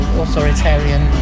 authoritarian